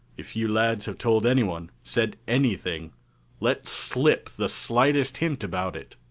if you lads have told anyone said anything let slip the slightest hint about it.